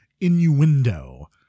innuendo